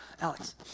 Alex